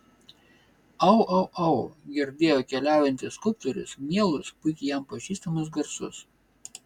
au au au girdėjo keliaujantis skulptorius mielus puikiai jam pažįstamus garsus